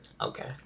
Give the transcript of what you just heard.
Okay